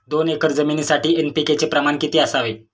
दोन एकर जमीनीसाठी एन.पी.के चे प्रमाण किती असावे?